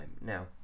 Now